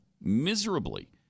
miserably